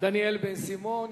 דניאל בן-סימון.